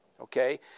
Okay